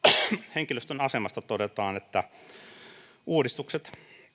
henkilöstön asemasta todetaan että uudistuksen